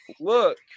look